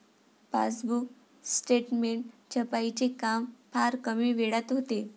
passbook statement छपाईचे काम फार कमी वेळात होते